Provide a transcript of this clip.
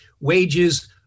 wages